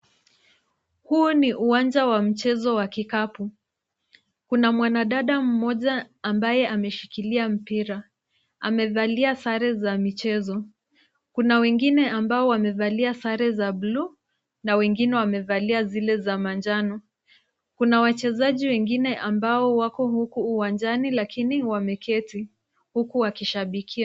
Huu ni uwanja wa mchezo wa kikapu. Kuna mwanadada mmoja ambaye ameshikilia mpira. Amevalia sare za michezo. Kuna wengine ambao wamevalia sare za bluu na wengine wamevalia zile za manjano. Kuna wachezaji wengine ambao wako huku uwanjani lakini wameketi, huku wakishabikia.